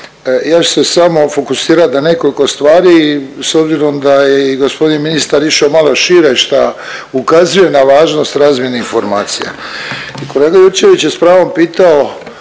Ja ću se samo fokusirat na nekoliko stvari i s obzirom da je i gospodin ministar išao malo šire šta ukazuje na važnost razmjene informacija. I kolega Jurčević je s pravom pitao